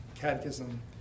catechism